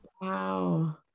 Wow